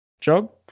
job